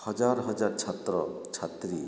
ହଜାର ହଜାର ଛାତ୍ର ଛାତ୍ରୀ